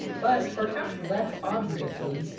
but perhaps less obviously,